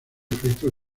efectos